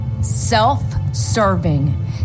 self-serving